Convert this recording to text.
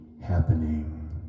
happening